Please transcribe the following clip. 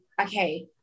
okay